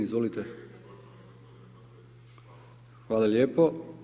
Izvolite. ... [[Upadica se ne čuje.]] Hvala lijepo.